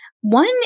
One